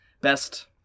Best